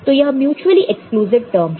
तो यह mutually exclusive minterm है